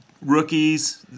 rookies